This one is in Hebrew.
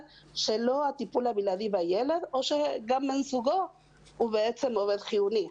שבידיו הטיפול הבלעדי בילד או שגם בן זוגו הוא עובד חיוני.